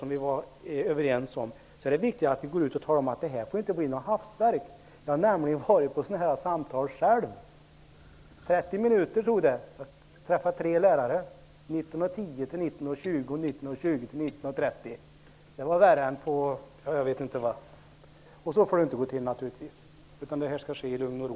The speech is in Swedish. Det är i det sammanhanget viktigt att gå ut och tala om att det inte får bli fråga om något hafsverk. Jag har nämligen varit på sådana samtal själv. 30 minuter tog det, och jag träffade tre lärare: 19.00--19.10, 19.10--19.20 och 19.20--19.30. Så får det naturligtvis inte gå till, utan utvecklingssamtalen skall ske i lugn och ro.